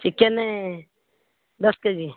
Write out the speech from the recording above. chicken ଦଶ K G